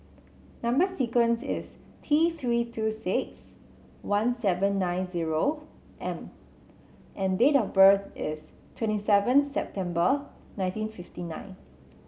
number sequence is T Three two six one seven nine zero M and date of birth is twenty seven September nineteen fifty nine